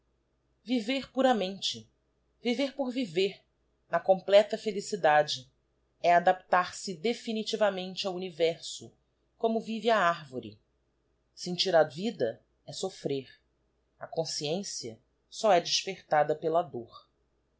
viver puramente viver por viver na completa felicidade é adaptar-se definitivamente ao universo como vive a arvore sentir a vida é soífrer a consciência só é despertada pela dôr